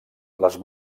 les